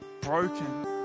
broken